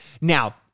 Now